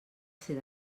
ser